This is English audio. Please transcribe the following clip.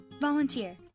Volunteer